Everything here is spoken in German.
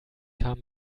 kam